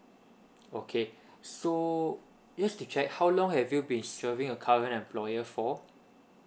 okay so just to check how long have you been serving your current employer for